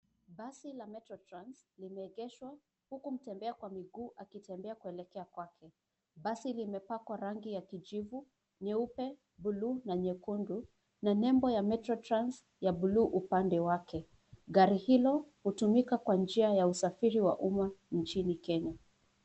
Basi la METRO TRANS, limeegeshwa huku mtembea kwa miguu akitembea kuelekea kwake. Basi limepakwa rangi ya kijivu, nyeupe, bluu na nyekundu. Na nebo ya METRO TRANS ya bluu upande wake. Gari hilo hutumika kwa njia ya usafiri wa umma nchini Kenya.